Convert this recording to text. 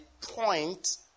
point